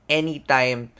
anytime